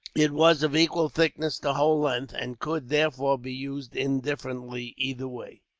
it was of equal thickness the whole length and could, therefore, be used indifferently either way.